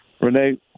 Renee